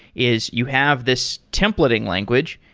is you have this templating language,